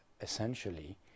essentially